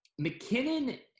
McKinnon